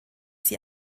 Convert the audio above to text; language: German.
sie